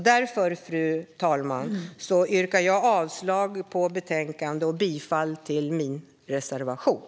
Därför, fru talman, yrkar jag avslag på utskottets förslag och bifall till min reservation.